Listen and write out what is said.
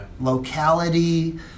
locality